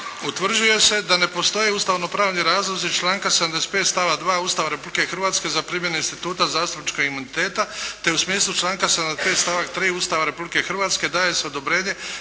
Utvrđuje se da ne postoje ustavno-pravni razlozi članka 75. stava 2. Ustava Republike Hrvatske za primjenu instituta zastupničkog imuniteta te u smislu članka 75. stavak 3. Ustava Republike Hrvatske daje se odobrenje